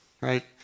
right